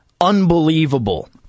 unbelievable